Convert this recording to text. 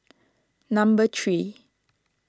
number three